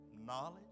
Knowledge